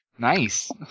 Nice